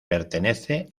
pertenece